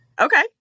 okay